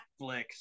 Netflix